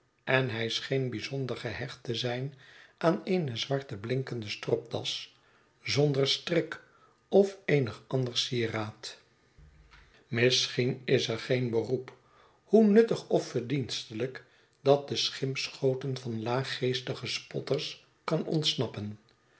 en hij scheen bijzonder gehecht te zijn aan eene zwarte blinkende stropdas zonder strik of eenig ander sieraad misschien is er geen beroep hoe nuttig of verdienstelijk dat de schimpschoten van laaggeestige spotters kan ontsnappen